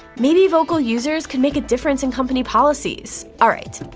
maybe vocal users can make a difference in company policies. alright.